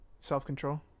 Self-control